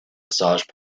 massage